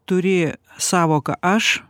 turi sąvoką aš